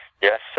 Yes